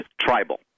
tribal